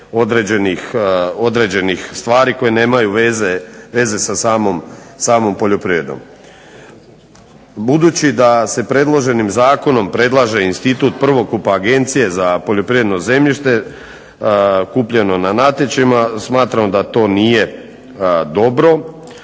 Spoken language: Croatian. određenih stvari koje nemaju veze sa samom poljoprivredom. Budući da se predloženim zakonom predlaže institut prvokupa Agencije za poljoprivredno zemljište kupljeno na natječajima smatramo da to nije dobro